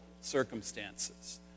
circumstances